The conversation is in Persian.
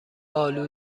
آلو